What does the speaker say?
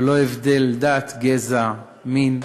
ללא הבדל דת, גזע ומין.